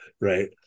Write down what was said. right